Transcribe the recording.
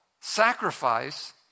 sacrifice